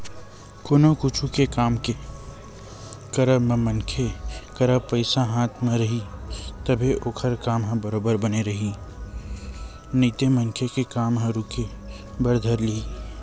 कोनो कुछु के काम के करब म मनखे करा पइसा हाथ म रइही तभे ओखर काम ह बरोबर बने रइही नइते मनखे के काम ह रुके बर धर लिही